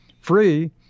free